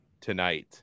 tonight